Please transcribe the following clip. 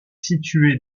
situé